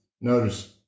Notice